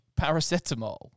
paracetamol